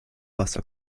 wasser